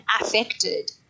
affected